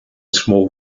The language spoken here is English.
small